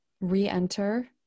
re-enter